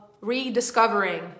rediscovering